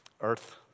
earth